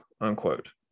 unquote